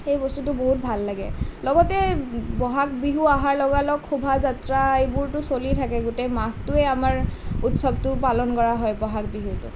সেই বস্তুটো বহুত ভাল লাগে লগতে বহাগ বিহু অহাৰ লগালগ শোভাযাত্ৰা এইবোৰ চলিয়ে থাকে গোটেই মাহটোৱে আমাৰ উৎসৱটো পালন কৰা হয় বহাগ বিহুটো